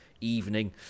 evening